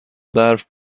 برف